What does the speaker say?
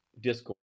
discord